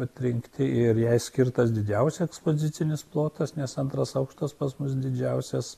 atrinkti ir jai skirtas didžiausias ekspozicinis plotas nes antras aukštas pas mus didžiausias